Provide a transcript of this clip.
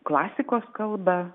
klasikos kalbą